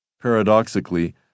Paradoxically